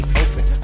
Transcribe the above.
open